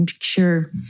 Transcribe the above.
sure